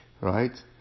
right